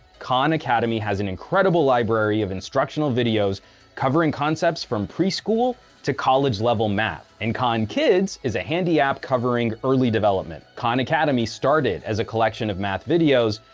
khan academy has an incredible library of instructional videos covering concepts from preschool to college level math, and khan kids is a handy app covering early development. khan academy started as a collection of math videos,